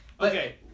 Okay